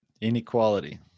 Inequality